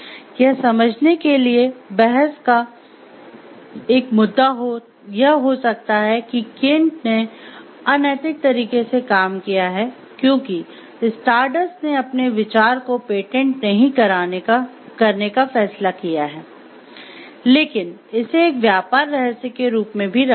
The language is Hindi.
यह समझने के लिए बहस का एक मुद्दा यह हो सकता है कि केन ने अनैतिक तरीके से काम किया है क्योंकि स्टारडस्ट ने अपने विचार को पेटेंट नहीं करने का फैसला किया है लेकिन इसे एक व्यापार रहस्य के रूप में भी रखा था